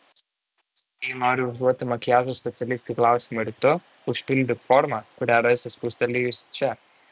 jei nori užduoti makiažo specialistei klausimą ir tu užpildyk formą kurią rasi spustelėjusi čia